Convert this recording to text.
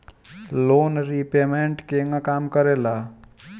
Loan repayment केगा काम करेला?